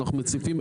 אנחנו מציפים,